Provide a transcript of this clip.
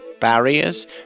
barriers